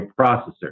processor